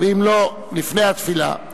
ואם לא, לפני התפילה,